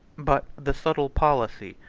but the subtle policy,